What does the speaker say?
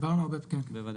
בוודאי.